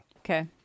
Okay